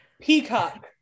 Peacock